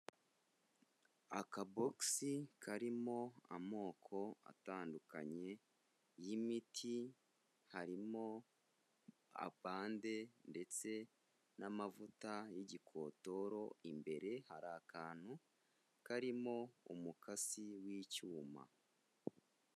Akabogisi karimo amoko atandukanye y'imiti, harimo abande ndetse n'amavuta y'igikotoro, imbere hari akantu karimo umukasi w'icyuma.